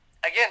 Again